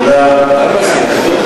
כנסת נכבדה,